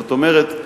זאת אומרת,